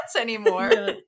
anymore